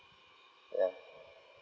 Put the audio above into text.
ya